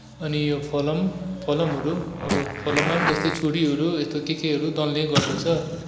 अनि यो फलम फलमहरू अब फलममा पनि जस्तै छुरीहरू यस्तो के केहरू दल्ने गर्दछ